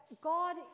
God